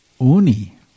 Uni